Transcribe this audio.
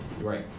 Right